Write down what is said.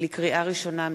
לקריאה ראשונה,